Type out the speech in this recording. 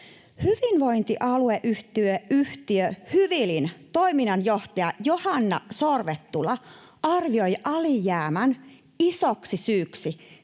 Hyvinvointialueyhtiö Hyvilin toiminnanjohtaja Johanna Sorvettula arvioi alijäämän isoksi syyksi